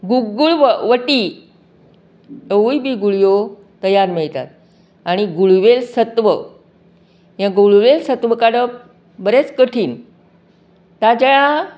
गुगूळ व वटी हेवूय बी गुळयो तयार मेळटात आनी गुळवेल सत्व हे गुळवेल सत्व काडप बरेंच कठीण ताच्या